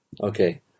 Okay